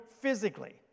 physically